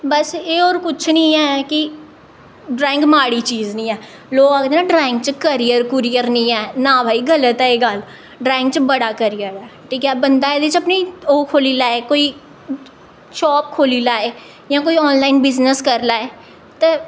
बस एह् होर कुछ निं है कि ड्राइंग माड़ी चीज निं ऐ लोग आखदे ना ड्राइंग च करियर कुरियर निं ऐ ना भाई गल्त ऐ एह् गल्ल ड्राइंग च बड़ा करियर ऐ ठीक ऐ बंदा एह्दे च अपनी ओह् खोह्ल्ली लै कोई शाप खोह्ल्ली लै जां कोई आन लाइन बिजनस करी लै ते